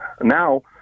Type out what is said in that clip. Now